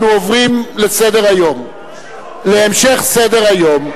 אנחנו עוברים להמשך סדר-היום: